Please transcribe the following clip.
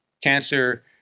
cancer